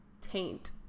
Taint